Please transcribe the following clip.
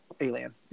Alien